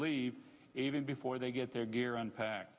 leave even before they get their gear unpack